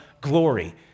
glory